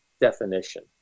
definition